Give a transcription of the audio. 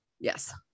yes